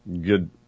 good